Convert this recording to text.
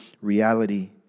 reality